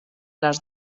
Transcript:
les